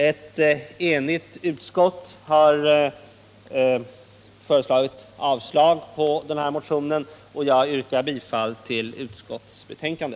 Ett enigt utskott har föreslagit avslag på denna motion, och jag yrkar bifall till utskottets betänkande.